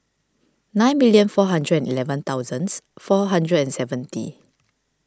nine million four hundred and eleven thousands four hundred and seventy